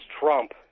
Trump